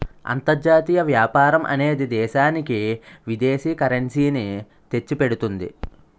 అంతర్జాతీయ వ్యాపారం అనేది దేశానికి విదేశీ కరెన్సీ ని తెచ్చిపెడుతుంది